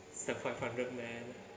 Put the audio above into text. step five hundred man